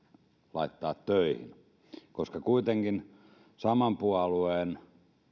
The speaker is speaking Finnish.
laittaa töihin koska kuitenkin saman puolueen